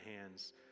hands